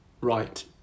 right